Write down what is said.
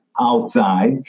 outside